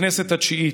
לכנסת התשיעית.